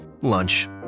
Lunch